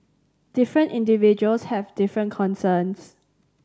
different individuals have different concerns